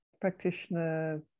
practitioner